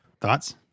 thoughts